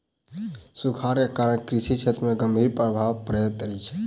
सूखाड़ के कारण कृषि क्षेत्र में गंभीर प्रभाव पड़ैत अछि